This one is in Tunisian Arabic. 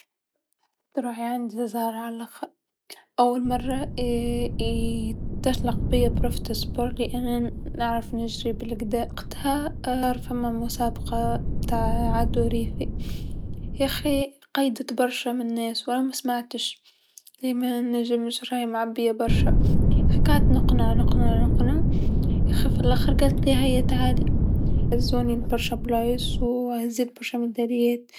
حسيت روحي عندي زهر على لاخر، أول مرا اتسلق بيا بروف تع الصبور لأنا نعرف نجري بالقدى، وقتها فما مسابقه تع العدو الريفي، ياخي قيدت برشا من الناس و أنا ما سمعتش لمنجمش روحي معبيا يرشا، قعدت نقنع نقنع خي في لاخر قاتلي هيا تعالي، هزوني برشا بلايص و هزيت برشا ميداليات.